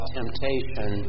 temptation